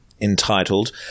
entitled